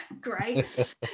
great